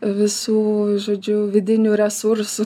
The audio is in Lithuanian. visų žodžiu vidinių resursų